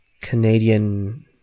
Canadian